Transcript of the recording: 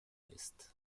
ist